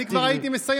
אני כבר הייתי מסיים.